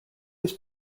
his